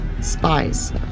Spies